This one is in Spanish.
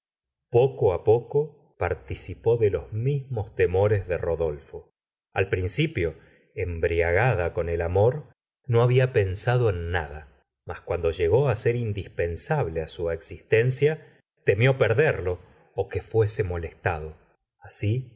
poco poco participó de los mismos temores de rodolfo al principio embriagada con el amor no había pensado en nada mas cuando llegó ser indispensable su existencia temió perderlo que fuese molestado así